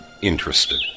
Interested